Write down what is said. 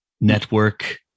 network